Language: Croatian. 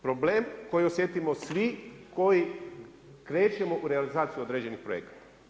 Problem koji osjetimo svi koji krećemo u realizaciju određenih projekata.